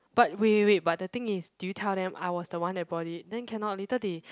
but wait wait wait but the thing is did you tell them I was the one that bought it then cannot later they